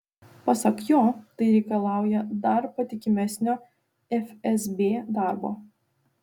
pasak jo tai reikalauja dar patikimesnio fsb darbo